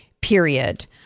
period